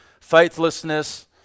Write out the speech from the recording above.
Faithlessness